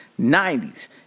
90s